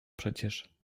przecież